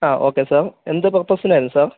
ആ okay sir എന്ത് പർപ്പസിനായിരുന്നു സാർ